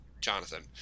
Jonathan